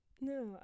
No